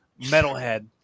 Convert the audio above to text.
metalhead